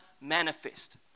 manifest